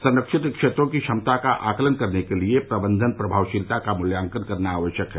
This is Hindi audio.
संरक्षित क्षेत्रों की क्षमता का आकलन करने के लिए प्रबंधन प्रभावशीलता का मूल्यांकन करना आवश्यक है